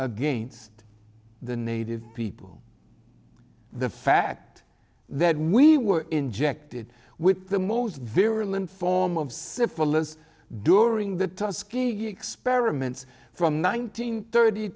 against the native people the fact that we were injected with the most virulent form of syphilis during the tuskegee experiments from nineteen thirty